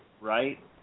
right